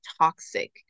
toxic